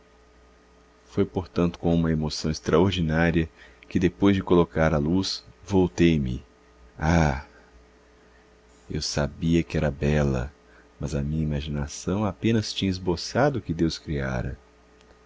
foi portanto com uma emoção extraordinária que depois de colocar a luz voltei-me ah eu sabia que era bela mas a minha imaginação apenas tinha esboçado o que deus criara